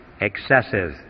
excessive